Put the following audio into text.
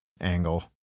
angle